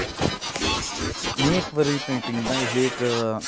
में इक बारी पेंटिंग बनाई ही इक